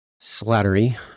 Slattery